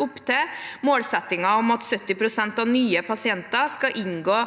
opptil, målsettingen om at 70 pst. av nye pasienter skal inngå